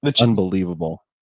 unbelievable